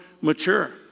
mature